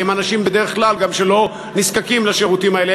כי הם אנשים שבדרך כלל לא נזקקים לשירותים האלה.